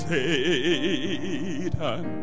Satan